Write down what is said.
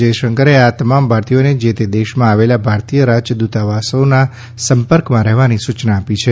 જયશંકરે આ તમામ ભારતીયોને જે તે દેશમાં આવેલા ભારતીય રાજદૂતાવાસોના સંપર્કમાં રહેવાની સૂચના આપી છે